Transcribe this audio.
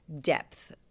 depth